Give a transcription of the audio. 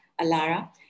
alara